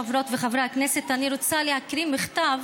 חברות וחברי הכנסת, אני רוצה להקריא מכתב